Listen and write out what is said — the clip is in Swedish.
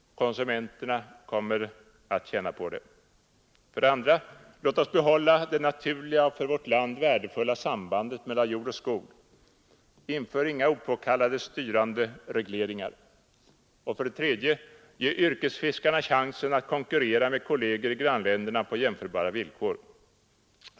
Konsumenterna kommer att tjäna på det. 2. Låt oss behålla det naturliga och för vårt land värdefulla sambandet mellan jord och skog! Inför inga opåkallade styrande regleringar! 3. Ge yrkesfiskarna chansen att konkurrera med kolleger i grannlän derna på jämförbara villkor!